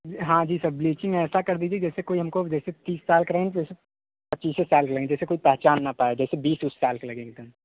जी हाँ जी sir bleaching ऐसा कर दीजिए जैसे कोई हमको जैसे तीस साल के हैं जैसे पच्चीस साल के लगे जैसे कोई पहचान ना पाए जैसे बीस वीस साल के लगे एकदम